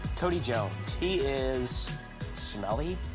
cody jones, he is smelly,